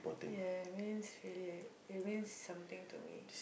ya I means really it means something to me